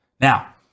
Now